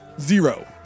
Zero